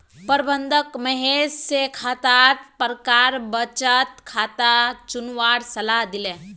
प्रबंधक महेश स खातार प्रकार स बचत खाता चुनवार सलाह दिले